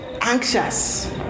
anxious